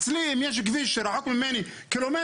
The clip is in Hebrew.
אצלי אם יש כביש שרחוק ממני קילומטר,